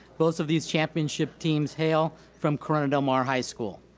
both of these championship teams hail from corona del mar high school.